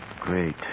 Great